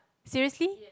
seriously